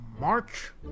March